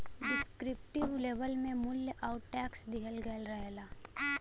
descriptive label में मूल्य आउर टैक्स दिहल गयल रहला